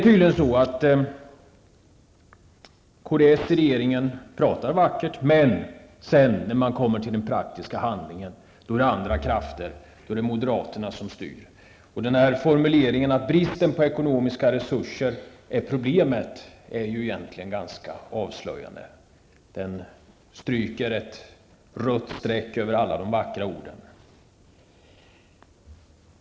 Tydligen är det så, att kds i regeringsställning talar vackert. Men i praktiken, när det krävs handling, är det andra krafter, nämligen moderaterna, som styr. Formuleringen om att det är bristen på ekonomiska resurser som är problemet tycker jag är ganska avslöjande. Därmed stryker man liksom ett rött streck över alla de vackra orden.